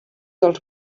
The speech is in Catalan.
dels